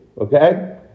okay